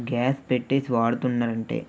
gas పెట్టేసి వాడుతున్నంటే